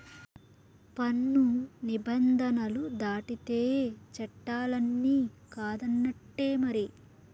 పన్ను నిబంధనలు దాటితే చట్టాలన్ని కాదన్నట్టే మరి